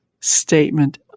statement